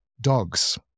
dogs